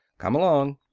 come along!